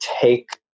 take